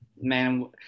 man